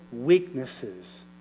weaknesses